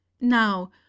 Now